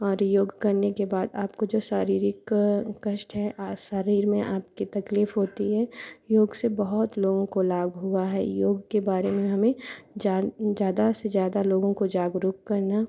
और योग करने के बाद आपको जो शारीरिक क कष्ट है आज शरीर में आपकी तकलीफ़ होती है योग से बहुत लोगों को लाभ हुआ है योग के बारे में हमें जान ज़्यादा से ज़्यादा लोगों को जागरूक करना